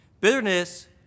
Bitterness